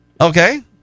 Okay